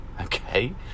Okay